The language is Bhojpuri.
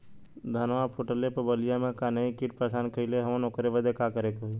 धनवा फूटले पर बलिया में गान्ही कीट परेशान कइले हवन ओकरे बदे का करे होई?